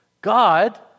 God